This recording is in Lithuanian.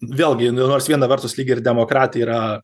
vėlgi nors viena vertus lyg ir demokratai yra